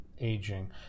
aging